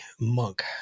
monk